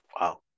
Wow